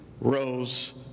rose